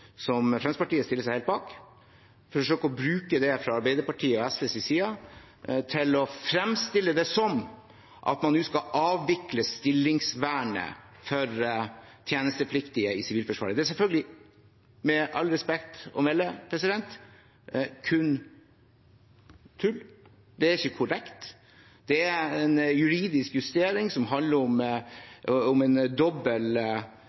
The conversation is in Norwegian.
som Fremskrittspartiet stiller seg helt bak – til å fremstille det som at man nå skal avvikle stillingsvernet for tjenestepliktige i Sivilforsvaret. Det er selvfølgelig, med all respekt å melde, kun tull, det er ikke korrekt. Det er en juridisk justering som handler om en dobbel